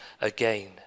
again